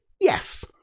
yes